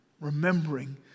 remembering